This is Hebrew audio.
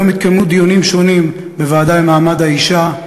היום התקיימו דיונים שונים בוועדה למעמד האישה,